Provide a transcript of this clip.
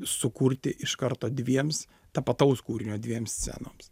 sukurti iš karto dviems tapataus kūrinio dviem scenoms